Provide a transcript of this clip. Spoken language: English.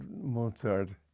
Mozart